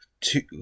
two